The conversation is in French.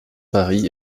paris